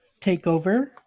TakeOver